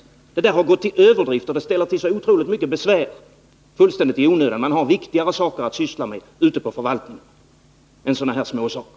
Systemet har gått till överdrift och ställer till så otroligt mycket besvär fullständigt i onödan — det finns viktigare saker att syssla med ute på förvaltningarna än sådana här småsaker.